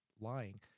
lying